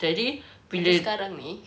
sekarang ni